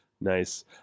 Nice